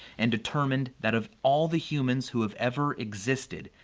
and determined that of all the humans who have ever existed,